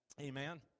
amen